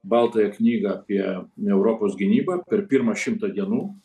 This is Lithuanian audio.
baltąją knygą apie europos gynybą per pirmą šimtą dienų